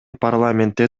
парламентте